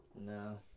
No